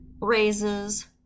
raises